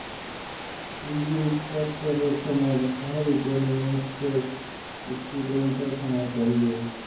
पूंजी स्ट्रक्चरेर समझ हर इकोनॉमिक्सेर स्टूडेंटक होना चाहिए